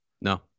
No